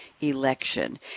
election